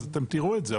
אתם תראו את זה,